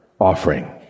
offering